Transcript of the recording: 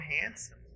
handsome